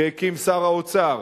שהקים שר האוצר.